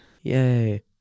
Yay